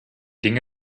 ging